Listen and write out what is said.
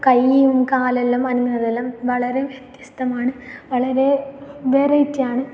കൈയ്യും കാലുമെല്ലാം അനങ്ങുന്നതെല്ലാം വളരെ വ്യത്യസ്തമാണ് വളരേ വെറൈറ്റിയാണ്